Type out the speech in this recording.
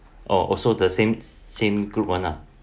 oh also the same same group [one] lah